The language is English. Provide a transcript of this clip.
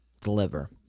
deliver